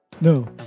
no